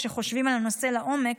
כשחושבים על הנושא לעומק,